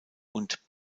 und